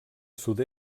sud